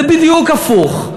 זה בדיוק הפוך.